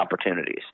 opportunities